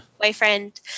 Boyfriend